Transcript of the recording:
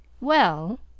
Well